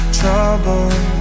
trouble